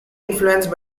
influenced